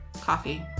coffee